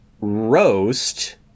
roast